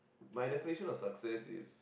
my definition of success is